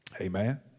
Amen